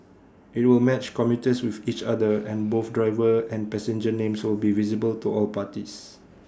IT will match commuters with each other and both driver and passenger names will be visible to all parties